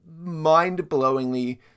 mind-blowingly